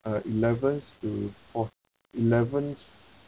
uh eleventh to for eleventh